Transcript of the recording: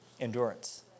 Endurance